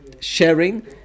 sharing